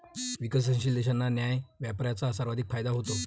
विकसनशील देशांना न्याय्य व्यापाराचा सर्वाधिक फायदा होतो